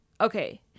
okay